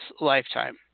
lifetime